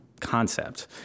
concept